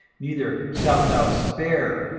neither shalt thou spare,